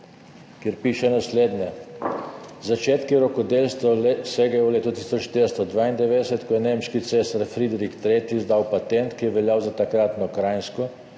kjer piše naslednje. Začetki rokodelstva segajo v leto 1492, ko je nemški cesar Friderik III. izdal patent, ki je veljal za takratno Kranjsko